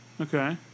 Okay